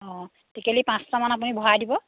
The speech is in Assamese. অঁ টিকেলি পাঁচটামান আপুনি ভৰাই দিব